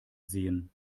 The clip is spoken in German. sehen